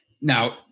Now